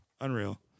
Unreal